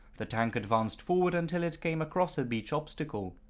the tank advanced forward until it came across a beach obstacle.